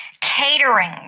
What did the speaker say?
catering